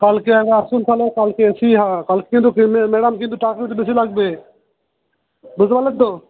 কালকে একবার আসুন তাহলে কালকে কালকে কিন্তু পেমেন্ট ম্যাডাম টাকা কিন্তু বেশি লাগবে বুঝতে পারলেন তো